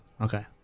Okay